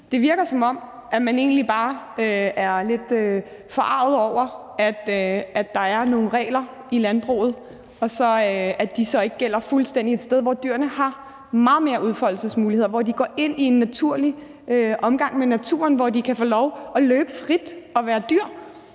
Dansk Folkeparti egentlig bare er lidt forarget over, at der er nogle regler i landbruget, og at de så ikke gælder fuldstændig et sted, hvor dyrene har meget større udfoldelsesmuligheder, hvor de går ind i en naturlig omgang med naturen, og hvor de kan få lov at løbe frit og være dyr.